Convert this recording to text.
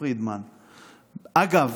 פרידמן, אגב,